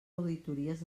auditories